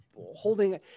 holding